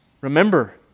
remember